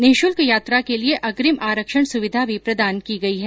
निशुल्क यात्रा के लिये अग्रिम आरक्षण सुविधा भी प्रदान की गई है